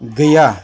गैया